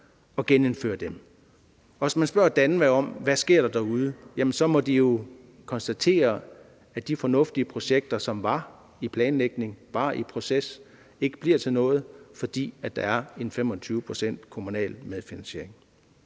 og genindfører dem. Og hvis man spørger DANVA om, hvad der sker derude, jamen så må de jo konstatere, at de fornuftige projekter, som var under planlægning, som var i proces, ikke bliver til noget, fordi der er 25 pct. kommunal medfinansiering.